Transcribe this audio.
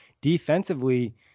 defensively